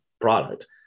product